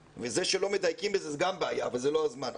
וזה שלא מדייקים בזה זו גם בעיה אבל זה לא הזמן עכשיו.